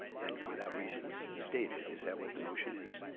and without reasons and stated is that what the motion is